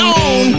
on